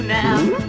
now